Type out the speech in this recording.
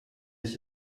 ich